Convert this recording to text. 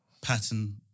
pattern